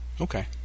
Okay